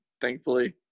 thankfully